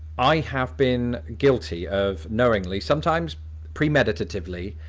i have been guilty of knowingly, sometimes pre-meditatively,